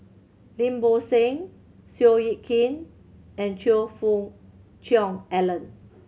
Lim Bo Seng Seow Yit Kin and Choe Fook Cheong Alan